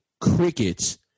crickets